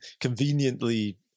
conveniently